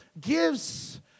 gives